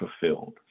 fulfilled